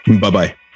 Bye-bye